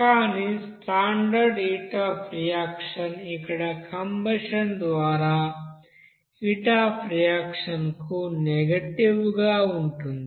కానీ standard heat of reaction ఇక్కడ combustion ద్వారా హీట్ అఫ్ రియాక్షన్ కు నెగెటివ్ గా ఉంటుంది